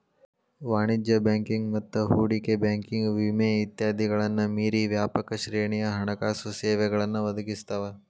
ವಾಣಿಜ್ಯ ಬ್ಯಾಂಕಿಂಗ್ ಮತ್ತ ಹೂಡಿಕೆ ಬ್ಯಾಂಕಿಂಗ್ ವಿಮೆ ಇತ್ಯಾದಿಗಳನ್ನ ಮೇರಿ ವ್ಯಾಪಕ ಶ್ರೇಣಿಯ ಹಣಕಾಸು ಸೇವೆಗಳನ್ನ ಒದಗಿಸ್ತಾವ